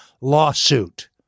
lawsuit